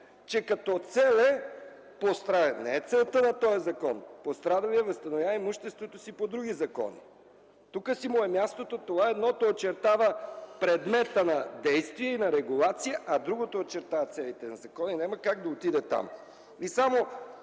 че като цел е пострадалият, не е целта на този закон! Пострадалият възстановява имуществото си по други закони. Тук му е мястото. Едното очертава предмета на действие и на регулация, а другото очертава целите на закона и няма как да отиде там.